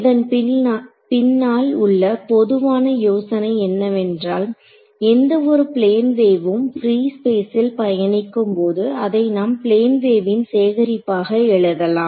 இதன் பின்னால் உள்ள பொதுவான யோசனை என்னவென்றால் எந்த ஒரு பிளேன் வேவும் பிரீ ஸ்பேசில் பயணிக்கும்போது அதை நாம் பிளேன் வேவின் சேகரிப்பாக எழுதலாம்